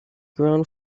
grown